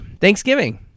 thanksgiving